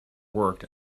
worked